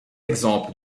exemples